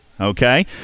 okay